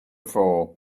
for